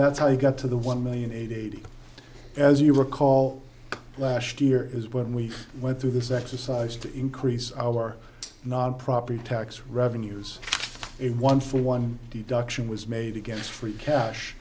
that's how you get to the one million aid as you recall last year is when we went through this exercise to increase our not property tax revenues in one for one deduction was made against free cash